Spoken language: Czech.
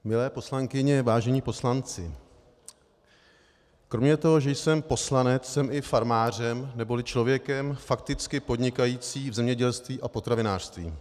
Milé poslankyně, vážení poslanci, kromě toho, že jsem poslanec, jsem i farmářem neboli člověkem fakticky podnikajícím v zemědělství a potravinářství.